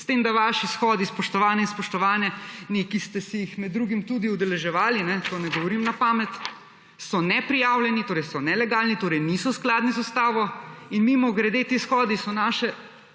S tem, da vaši shodi, spoštovane in spoštovani, ki ste se jih med drugim tudi udeleževali, to ne govorim na pamet, so neprijavljeni, torej so nelegalni, torej niso skladni z ustavo. In mimogrede, te shodi so naše